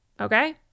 Okay